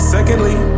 Secondly